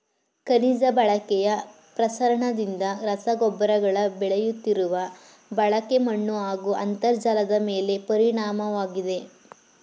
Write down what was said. ಖನಿಜ ಬಳಕೆಯ ಪ್ರಸರಣದಿಂದ ರಸಗೊಬ್ಬರಗಳ ಬೆಳೆಯುತ್ತಿರುವ ಬಳಕೆ ಮಣ್ಣುಹಾಗೂ ಅಂತರ್ಜಲದಮೇಲೆ ಪರಿಣಾಮವಾಗಿದೆ